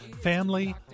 Family